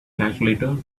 calculator